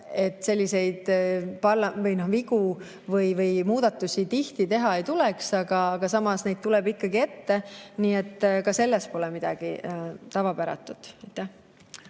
et selliseid muudatusi tihti teha ei tuleks, aga samas neid tuleb ikkagi ette. Ka selles pole midagi tavapäratut.